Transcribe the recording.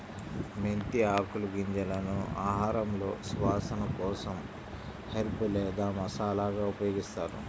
మెంతి ఆకులు, గింజలను ఆహారంలో సువాసన కోసం హెర్బ్ లేదా మసాలాగా ఉపయోగిస్తారు